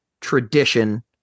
tradition